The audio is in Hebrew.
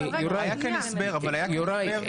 היה כאן הסבר --- יוראי,